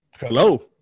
Hello